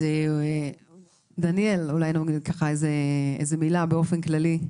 אז דניאל, אולי תאמר איזו מילה באופן כללי,